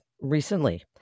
recently